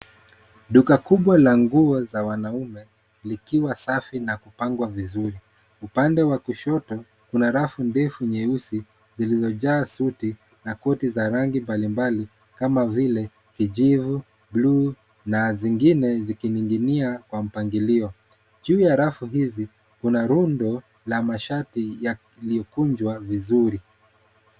Duka kubwa la nguo za wanaume likiwa safi na kupangwa vizuri. Upande wa kushoto kuna rafu ndefu nyeusi lililojaa suti na koti za rangi mbalimbali kama vile kijivu, bluu na zingine zikining'inia kwa mpangilio. Juu ya rafu hizi kuna rundo la mashati yaliyokunjwa vizuri.